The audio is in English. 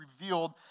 revealed